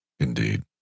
indeed